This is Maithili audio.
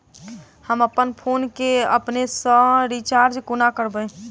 हम अप्पन फोन केँ अपने सँ रिचार्ज कोना करबै?